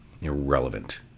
irrelevant